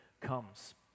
comes